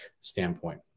standpoint